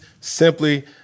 simply